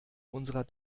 unserer